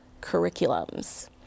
curriculums